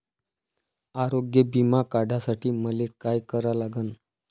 आरोग्य बिमा काढासाठी मले काय करा लागन?